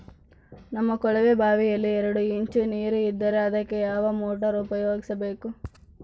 ನಮ್ಮ ಕೊಳವೆಬಾವಿಯಲ್ಲಿ ಎರಡು ಇಂಚು ನೇರು ಇದ್ದರೆ ಅದಕ್ಕೆ ಯಾವ ಮೋಟಾರ್ ಉಪಯೋಗಿಸಬೇಕು?